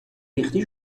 ریختی